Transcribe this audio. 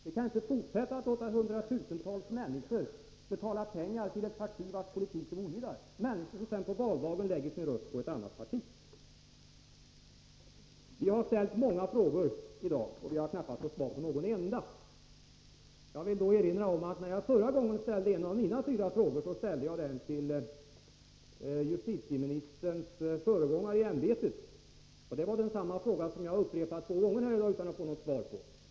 Vi kan inte fortsätta att låta hundratusentals människor betala pengar till ett parti vars politik de ogillar, människor som sedan på valdagen lägger sin röst på ett annat parti. Vi har ställt många frågor i dag, och vi har knappast fått svar på någon enda. En av mina fyra frågor i dag ställde jag också till justitieministerns föregångare i ämbetet. Det är samma fråga som jag har upprepat två gånger här i dag utan att få något svar.